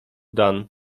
dan